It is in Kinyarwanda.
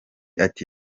ati